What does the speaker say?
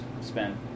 spend